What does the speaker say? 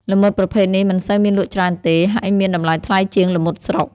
ល្មុតប្រភេទនេះមិនសូវមានលក់ច្រើនទេ ហើយមានតម្លៃថ្លៃជាងល្មុតស្រុក។